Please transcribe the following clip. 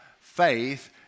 faith